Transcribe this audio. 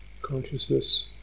consciousness